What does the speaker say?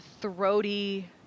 throaty